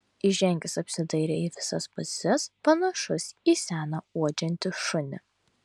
įžengęs apsidairė į visas puses panašus į seną uodžiantį šunį